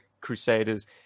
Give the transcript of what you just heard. Crusaders